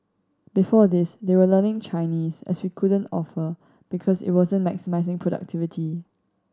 before this they were learning Chinese as we couldn't offer because it wasn't maximising productivity